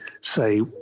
say